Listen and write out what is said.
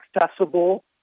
accessible